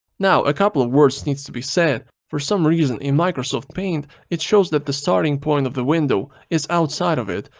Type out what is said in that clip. now a couple of words needs to be said. for some reason in like so ms paint it shows that the starting point of the window is outside of it,